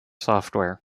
software